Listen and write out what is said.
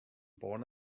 born